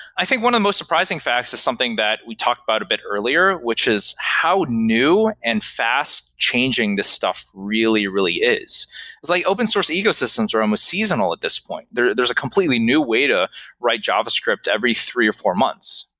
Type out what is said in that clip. i think one of the most surprising facts is something that we talked about a bit earlier, which is how new and fast changing this stuff really, really is. it's like open source ecosystems are almost seasonal at this point. there's there's a completely new way to write javascript every three or four months,